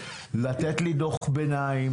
לתת לי דוח ביניים.